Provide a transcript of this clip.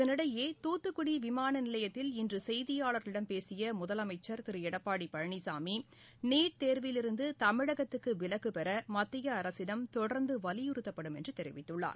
இதனிடையே தூத்துக்குடிவிமானநிலையத்தில் இன்றுசெய்தியாளர்களிடம் பேசியமுதலமைச்சர் திருஎடப்பாடிபழனிசாமி ந்ட் தேர்விலிருந்துதமிழகத்துக்குவிலக்குப் பெறமத்திய அரசிடம் தொடர்ந்துவலியுறுத்தப்படும் என்றுதெரிவித்துள்ளார்